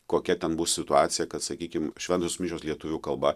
kokia ten bus situacija kad sakykim šventos mišios lietuvių kalba